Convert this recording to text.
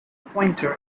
pointer